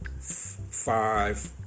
five